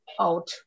out